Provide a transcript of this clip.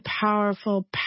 powerful